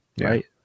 right